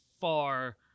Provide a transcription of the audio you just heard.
far